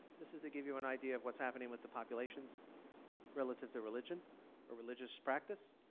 this is to give you an idea of what's happening with the populations relative to religion or religious practice.